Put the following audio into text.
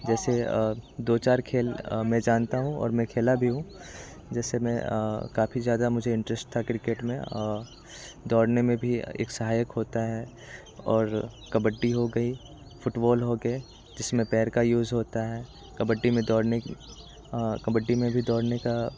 जैसे दो चार खेल मैं जानता हूँ और मैं खेला भी हूँ जैसे मैं काफ़ी ज़्यादा मुझे इंटरेस्ट था क्रिकेट में दौड़ने में भी एक सहायक होता है और कबड्डी हो गई फ़ुटबॉल हो गया जिसमें पैर का यूज़ होता है कबड्डी में दौड़ने कबड्डी में भी दौड़ने का